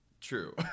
true